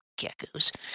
geckos